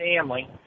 family